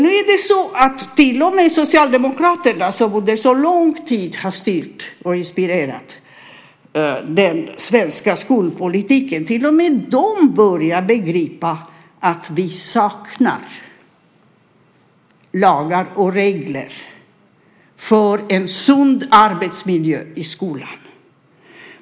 Nu börjar till och med Socialdemokraterna, som under så lång tid har styrt och inspirerat den svenska skolpolitiken, begripa att vi saknar lagar och regler för en sund arbetsmiljö i skolan.